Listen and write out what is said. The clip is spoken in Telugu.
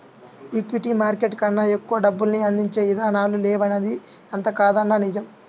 ఈక్విటీ మార్కెట్ కన్నా ఎక్కువ డబ్బుల్ని అందించే ఇదానాలు లేవనిది ఎంతకాదన్నా నిజం